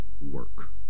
work